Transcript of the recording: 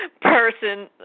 person